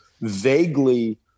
vaguely